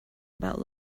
about